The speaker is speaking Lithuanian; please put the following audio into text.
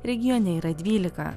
regione yra dvylika